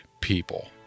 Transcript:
people